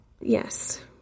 Yes